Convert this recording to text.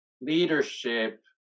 leadership